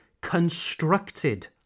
constructed